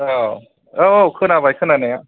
औ औ खोनाबाय खोनानाया